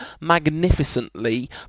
magnificently